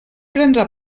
prendre